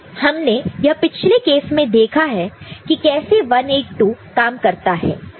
तो हमने यह पिछले केस में देखा है कैसे 182 काम करता है